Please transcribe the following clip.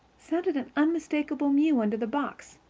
sounded an unmistakable mew under the box.